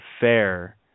fair